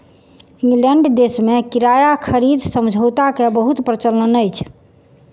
England देश में किराया खरीद समझौता के बहुत प्रचलन अछि